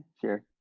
Sure